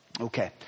Okay